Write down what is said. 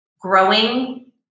growing